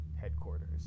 headquarters